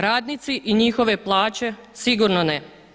Radnici i njihove plaće sigurno ne.